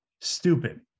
stupid